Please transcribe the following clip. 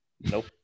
Nope